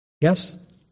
Yes